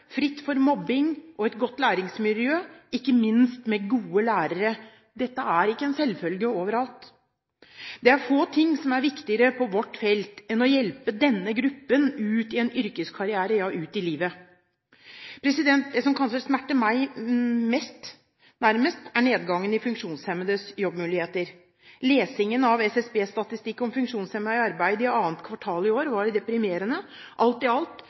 fritt for mobbing og i et godt læringsmiljø, ikke minst med gode lærere. Dette er ikke en selvfølge overalt. Det er få ting som er viktigere på vårt felt enn å hjelpe denne gruppen ut i en yrkeskarriere, ja, ut i livet. Det som kanskje smerter meg mest, er nedgangen i funksjonshemmedes jobbmuligheter. Lesing av SSBs statistikk om funksjonshemmede i arbeid i annet kvartal i år var deprimerende. Alt i alt